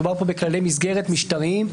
מדובר פה בכללי מסגרת משטריים,